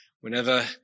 whenever